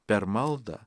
per maldą